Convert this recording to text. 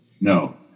No